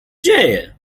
dzieje